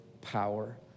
power